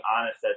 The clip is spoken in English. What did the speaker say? honest